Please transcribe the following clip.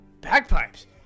Bagpipes